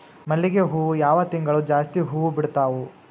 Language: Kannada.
ಮಲ್ಲಿಗಿ ಹೂವು ಯಾವ ತಿಂಗಳು ಜಾಸ್ತಿ ಹೂವು ಬಿಡ್ತಾವು?